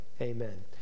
amen